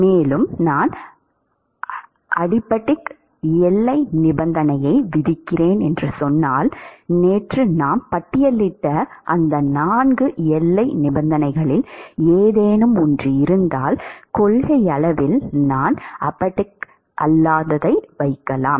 மேலும் நான் அடிபட்டாடிக் எல்லை நிபந்தனையை விதிக்கிறேன் என்று சொன்னால் நேற்று நாம் பட்டியலிட்ட அந்த 4 எல்லை நிபந்தனைகளில் ஏதேனும் இருந்தால் கொள்கையளவில் நான் அடிபயாடிக் அல்லாததை வைக்கலாம்